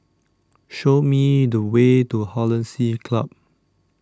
Show Me The Way to Hollandse Club